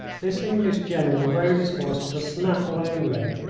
this english general rode his horse with a snaffle only,